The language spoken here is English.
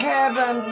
Heaven